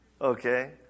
Okay